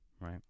right